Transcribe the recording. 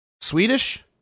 Swedish